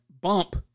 bump